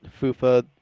Fufa